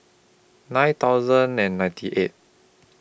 nine thousand and ninety eight